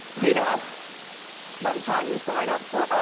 you know by the time you sign up for.